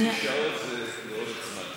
זה לאורך זמן.